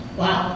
wow